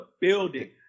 building